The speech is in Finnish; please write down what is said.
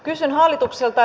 kysyn hallitukselta